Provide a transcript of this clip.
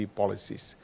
policies